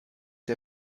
der